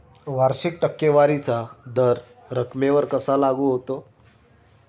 वार्षिक टक्केवारीचा दर रकमेवर कसा लागू होतो?